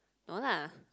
no lah